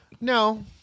No